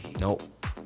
Nope